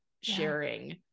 sharing